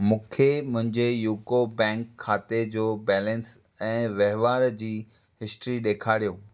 मूंखे मुंहिंजे यूको बैंक खाते जो बैलेंस ऐं वहिंवार जी हिस्ट्री ॾेखारियो